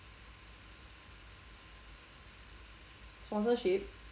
sponsorship